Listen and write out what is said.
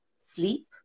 sleep